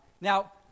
Now